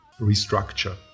restructure